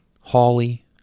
Holly